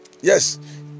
Yes